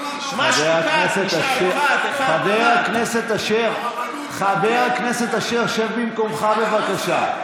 חבר הכנסת אשר, שב במקומך, בבקשה.